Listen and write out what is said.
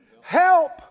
Help